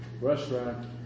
restaurant